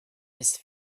his